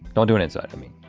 don't do it inside for me.